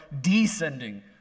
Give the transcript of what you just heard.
descending